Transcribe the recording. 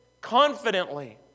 Confidently